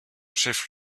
chef